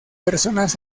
personas